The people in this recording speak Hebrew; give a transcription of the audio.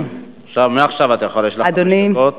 מעכשיו יש לך חמש דקות.